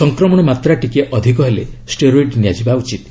ସଂକ୍ରମଣ ମାତ୍ରା ଟିକିଏ ଅଧିକେ ହେଲେ ଷ୍ଟେରୋଇଡ୍ ନିଆଯିବା ଉଚିତ୍